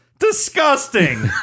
Disgusting